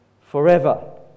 forever